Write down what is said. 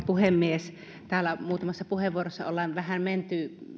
puhemies täällä muutamassa puheenvuorossa on vähän menty